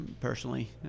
personally